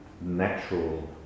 natural